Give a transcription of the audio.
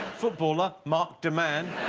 footballer mark de man